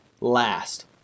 last